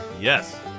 Yes